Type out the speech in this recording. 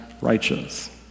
righteous